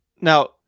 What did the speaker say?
Now